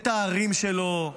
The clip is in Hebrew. הערים שלו,